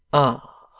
ah!